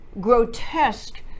grotesque